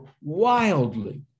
wildly